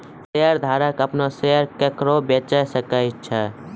शेयरधारक अपनो शेयर केकरो बेचे सकै छै